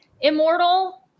immortal